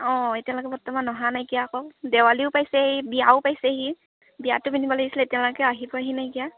অঁ এতিয়ালৈকে বৰ্তমান অহা নাইকিয়া আকৌ দেৱালীয়ো পাইছেহি বিয়াও পাইছেহি বিয়াততো পিন্ধিব লাগিছিলহি এতিয়ালৈকে আহি পোৱাহি নাইকিয়া